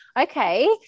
okay